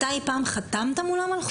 אתה אי פעם חתמת מולם על חוזה?